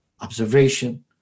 observation